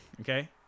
Okay